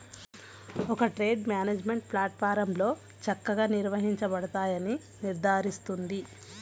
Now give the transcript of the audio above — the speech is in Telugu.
ఒక ట్రేడ్ మేనేజ్మెంట్ ప్లాట్ఫారమ్లో చక్కగా నిర్వహించబడతాయని నిర్ధారిస్తుంది